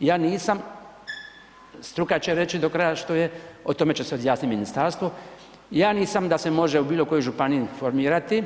Ja nisam, struka će reći do kraja što je, o tome će se izjasniti ministarstvo, ja nisam da se može u bilo kojoj županiji formirati